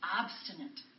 obstinate